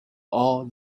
all